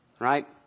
right